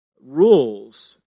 rules